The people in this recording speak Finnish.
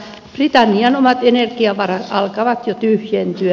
britannian omat energiavarat alkavat jo tyhjentyä